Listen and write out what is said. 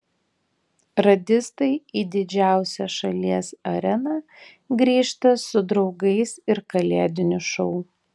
radistai į didžiausią šalies areną grįžta su draugais ir kalėdiniu šou